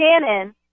Shannon